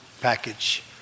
package